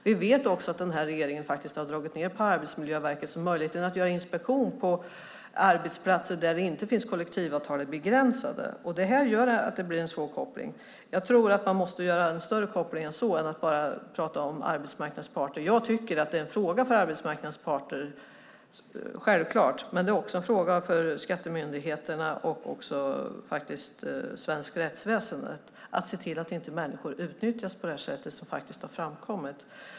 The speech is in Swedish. Vi vet också att den här regeringen har dragit ned på Arbetsmiljöverket, så möjligheterna att göra inspektion på arbetsplatser där det inte finns kollektivavtal är begränsade. Det här gör att det blir en svår koppling. Jag tror att man måste göra en större koppling än att bara prata om arbetsmarknadens parter. Jag tycker självklart att det är en fråga för arbetsmarknadens parter. Men det är också en fråga för skattemyndigheterna och det svenska rättsväsendet att se till att inte människor utnyttjas på det sätt som har framkommit.